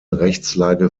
rechtslage